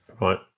Right